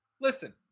Listen